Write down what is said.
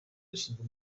zishinzwe